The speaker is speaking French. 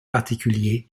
particuliers